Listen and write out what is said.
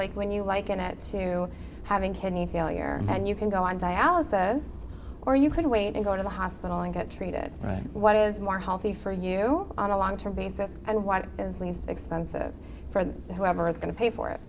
like when you liken it to having kidney failure and you can go on dialysis or you could wait and go to the hospital and get treated right what is more healthy for you on a long term basis and what is least expensive for whoever is going to pay for it